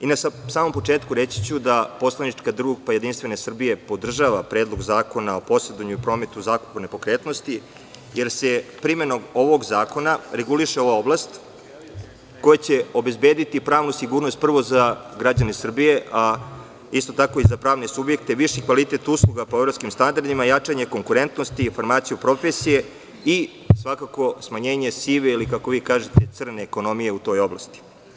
Na samom početku reći ću da poslanička grupa JS podržava Predlog zakona o posredovanju u prometu i zakupu nepokretnosti, jer se primenom ovog zakona reguliše ova oblast koje će obezbediti pravnu sigurnost prvo za građane Srbije, a isto tako i za pravne subjekte, viši kvalitet usluga po evropskim standardima, jačanje konkurentnosti i informacije o profesiji i smanjenje sive ili, kako vi kažete, crne ekonomije u toj oblasti.